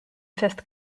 fifth